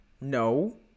no